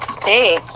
Hey